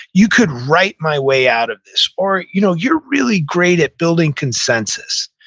you could write my way out of this, or, you know you're really great at building consensus.